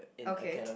okay